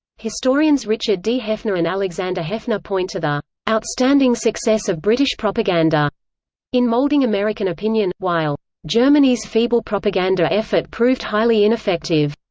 historians richard d. heffner and alexander heffner point to the outstanding success of british propaganda in molding american opinion, while germany's feeble propaganda effort proved highly ineffective.